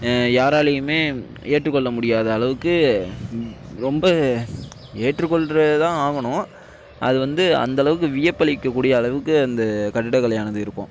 யாராலையுமே ஏற்றுக் கொள்ள முடியாத அளவுக்கு ரொம்ப ஏற்றுக் கொள்றது தான் ஆவணும் அது வந்து அந்தளவுக்கு வியப்பளிக்கக் கூடிய அளவுக்கு அந்த கட்டிடக் கலையானது இருக்கும்